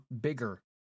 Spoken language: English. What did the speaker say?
bigger